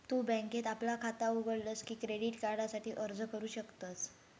तु बँकेत आपला खाता उघडलस की क्रेडिट कार्डासाठी अर्ज करू शकतस